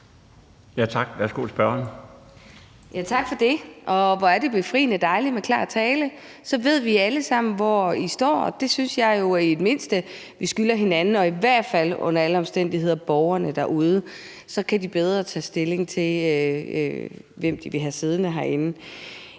Tak for det, og hvor er det befriende dejligt med klar tale. Så ved vi alle sammen, hvor I står. Det synes jeg vi i det mindste skylder hinanden og i hvert fald og under alle omstændigheder borgerne derude. Så kan de bedre tage stilling til, hvem de vil have siddende herinde.